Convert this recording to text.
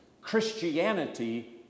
Christianity